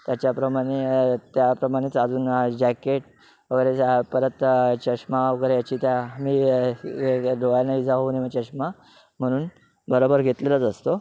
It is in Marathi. त्याच्याप्रमाणे त्याप्रमाणेच अजून जॅकेट वगैरे परत चष्मा वगैरे याची त्या मी डोळ्या नाही जाऊ नाही मी चष्मा म्हणून बरोबर घेतलेलंच असतो